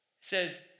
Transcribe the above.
says